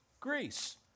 Greece